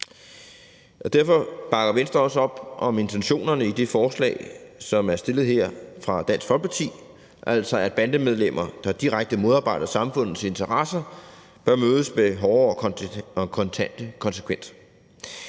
Derfor bakker Venstre også op om intentionerne i det forslag, som er fremsat her af Dansk Folkeparti, altså at bandemedlemmer, der direkte modarbejder samfundets interesser, bør mødes med hårde og kontante konsekvenser,